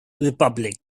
republic